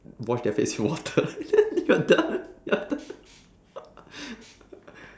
wash their face with water and then they're done